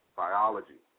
biology